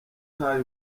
ahaye